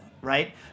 Right